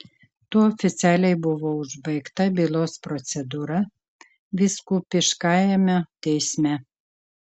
tuo oficialiai buvo užbaigta bylos procedūra vyskupiškajame teisme